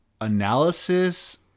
analysis